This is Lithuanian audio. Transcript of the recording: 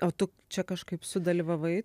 o tu čia kažkaip sudalyvavai